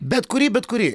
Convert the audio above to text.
bet kurį bet kurį